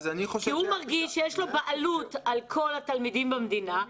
כי הוא מרגיש שיש לו בעלות על כל התלמידים במדינה,